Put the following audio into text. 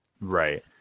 Right